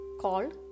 called